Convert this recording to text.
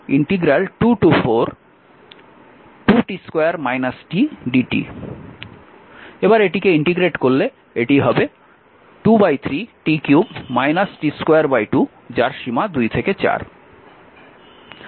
সুতরাং এটিকে ইন্টিগ্রেট করলে এটি হবে ⅔ t 3 t 2 2 যার সীমা 2 থেকে 4